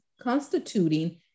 constituting